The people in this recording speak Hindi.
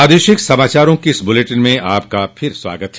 प्रादेशिक समाचारों के इस बुलेटिन में आपका फिर से स्वागत है